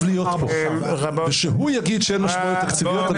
להיות פה ושהוא יגיד שאין משמעויות תקציביות.